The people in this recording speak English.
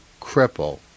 cripple